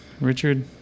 Richard